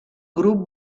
grup